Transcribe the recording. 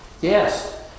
Yes